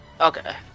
Okay